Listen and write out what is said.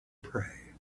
pray